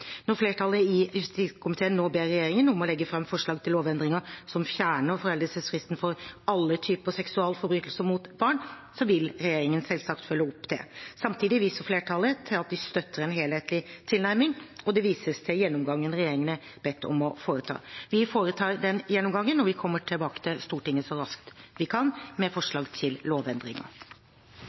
Når flertallet i justiskomiteen nå ber regjeringen om å legge fram forslag til lovendringer som fjerner foreldelsesfristen for alle typer seksualforbrytelser mot barn, vil regjeringen selvsagt følge opp det. Samtidig viser flertallet til at de støtter en helhetlig tilnærming, og det vises til gjennomgangen regjeringen er bedt om å foreta. Vi foretar den gjennomgangen, og vi kommer tilbake til Stortinget så raskt vi kan med forslag til lovendringer.